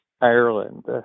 Ireland